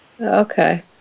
Okay